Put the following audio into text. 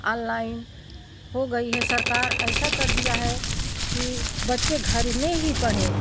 online हो गई है सरकार ऐसा कर दिया है कि बच्चे घर में ही पढ़ें